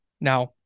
now